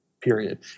period